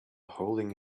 holding